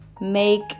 make